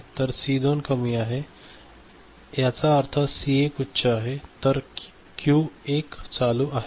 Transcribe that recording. तर सी 2 कमी आहे याचा अर्थ सी 1 उच्च आहे तर Q1 चालू आहे